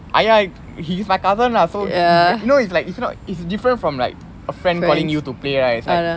!aiya! he's my cousin lah so he you know it's like you cannot it's different from like a friend calling you to play right it's like